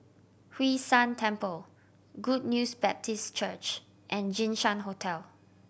Hwee San Temple Good News Baptist Church and Jinshan Hotel